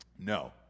no